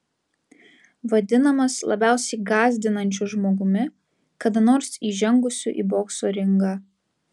vadinamas labiausiai gąsdinančiu žmogumi kada nors įžengusiu į bokso ringą